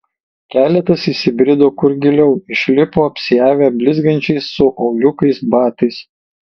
keletas įsibrido kur giliau išlipo apsiavę blizgančiais su auliukais batais